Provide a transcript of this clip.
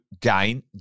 gain